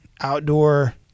outdoor